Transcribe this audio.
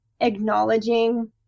acknowledging